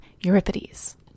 Euripides